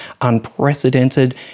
unprecedented